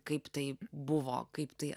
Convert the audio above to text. kaip tai buvo kaip tai